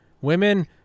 Women